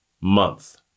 month